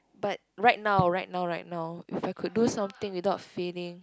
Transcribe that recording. but right now right now right now if I could do something without failing